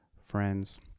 friends